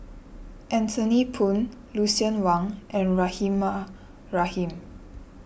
Anthony Poon Lucien Wang and Rahimah Rahim